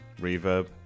reverb